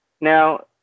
now